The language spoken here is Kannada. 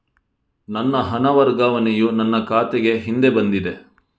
ನನ್ನ ಹಣ ವರ್ಗಾವಣೆಯು ನನ್ನ ಖಾತೆಗೆ ಹಿಂದೆ ಬಂದಿದೆ